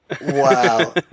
Wow